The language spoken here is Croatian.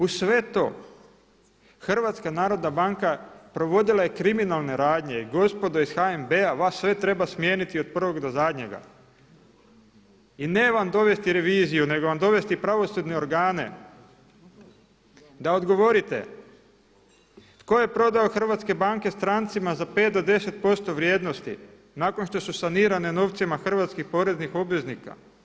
Uz sve to HNB provodila je kriminalne radnje, gospodo iz HNB vas sve treba smijeniti od prvog do zadnjega i ne vam dovesti reviziju nego vam dovesti pravosudne organe da odgovorite tko je prodao hrvatske banke strancima za 5% do 10% vrijednosti nakon što su sanirane novcima hrvatskih poreznih obveznika.